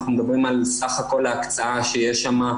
אנחנו מדברים על סך הכול הקצאה שיש שם,